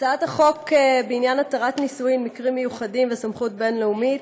בהצעת החוק בעניין התרת נישואין (מקרים מיוחדים וסמכות בין-לאומית),